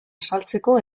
azaltzeko